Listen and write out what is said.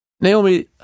Naomi